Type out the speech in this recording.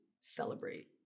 celebrate